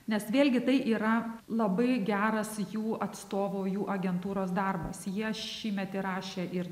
nes vėlgi tai yra labai geras jų atstovų jų agentūros darbas jie šįmet įrašė ir